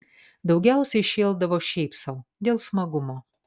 daugiausiai šėldavo šiaip sau dėl smagumo